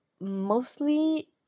Mostly